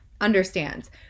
understands